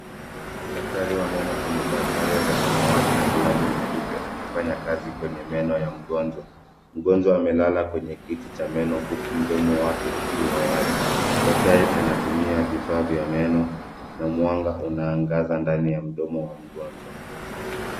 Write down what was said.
Daktari wa meno amevaa sare za samawati na glavu nyeupe akifanya kazi kwenye meno ya mgonjwa. Mgonjwa amelala kwenye kiti cha meno huku mdomo wake ukiwa wazi. Daktari anatumia vifaa vya meno na mwanga unaangaza ndani ya mdomo wa mgonjwa.